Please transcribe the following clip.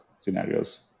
scenarios